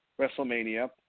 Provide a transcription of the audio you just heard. WrestleMania